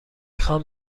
خواهم